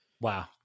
Wow